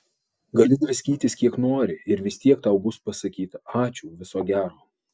gali draskytis kiek nori ir vis tiek tau bus pasakyta ačiū viso gero